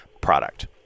product